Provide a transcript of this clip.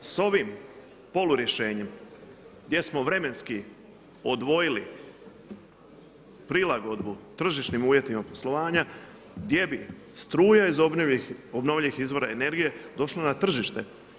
S ovim poluriješenjem, gdje smo vremenski odvojili prilagodbu tržišnim uvjetima poslovanja, gdje bi struja iz obnovljivih izvora energije došlo na tržište.